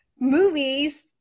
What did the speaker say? movies